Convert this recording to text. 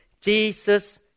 Jesus